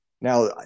Now